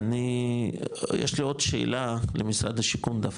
יש לי עוד שאלה למשרד השיכון, דווקא,